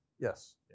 Yes